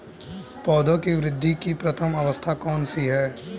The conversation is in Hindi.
पौधों की वृद्धि की प्रथम अवस्था कौन सी है?